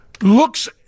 looks